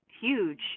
huge